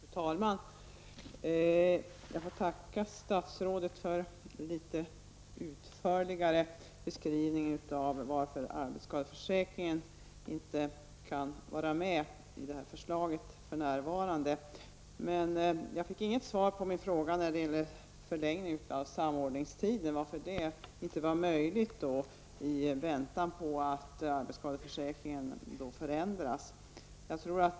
Fru talman! Jag får tacka statsrådet för den litet utförligare beskrivningen av varför arbetsskadeförsäkringen för närvarande inte kan vara med i det här förslaget. Men jag fick inget svar på min fråga om varför förlängningen av samordningstiden inte var möjlig i väntan på att arbetsskadeförsäkringen förändras.